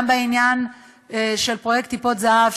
גם בעניין של פרויקט "טיפות זהב",